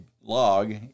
log